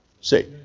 See